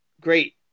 great